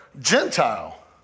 Gentile